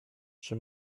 czy